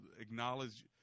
acknowledge